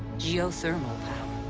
geothermal power.